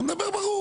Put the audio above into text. אתה מדבר ברור.